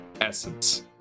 essence